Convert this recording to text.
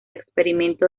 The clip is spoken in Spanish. experimento